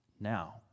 Now